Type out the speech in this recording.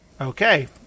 Okay